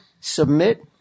submit